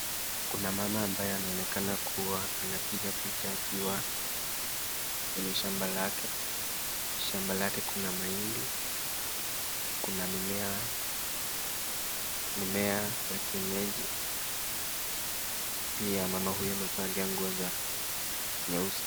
Kuna mama abaye anaonekana kuwa anapiga picha akiwa kwenye shamba lake, shamba lake kuna mahidi , kuna mimea ya kienyeji, pia mama huyu amevalia nguo za nyeusi.